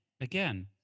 again